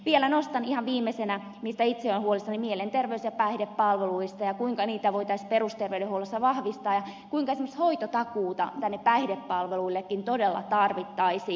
vielä nostan ihan viimeisenä esiin sen mistä itse olen huolissani mielenterveys ja päihdepalveluista ja siitä kuinka niitä voitaisiin perusterveydenhuollossa vahvistaa ja kuinka esimerkiksi hoitotakuuta tänne päihdepalveluillekin todella tarvittaisiin